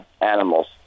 animals